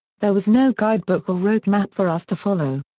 there was no guidebook or road map for us to follow.